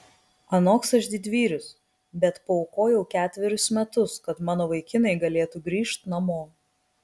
anoks aš didvyris bet paaukojau ketverius metus kad mano vaikinai galėtų grįžt namo